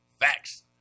Facts